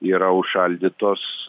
yra užšaldytos